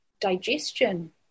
digestion